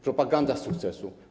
Propaganda sukcesu.